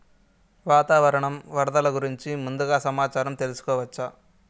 వాతావరణం వరదలు గురించి ముందుగా సమాచారం తెలుసుకోవచ్చా?